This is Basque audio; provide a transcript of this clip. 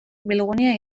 bilgunea